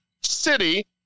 city